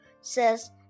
says